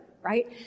Right